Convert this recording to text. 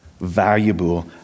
valuable